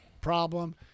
problem